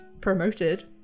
promoted